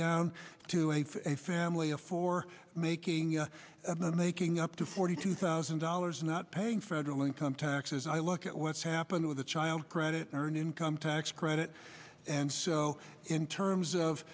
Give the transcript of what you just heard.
to a family of four making i'm not making up to forty two thousand dollars not paying federal income taxes i look at what's happened with the child credit earned income tax credit and so in terms of